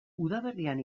udaberrian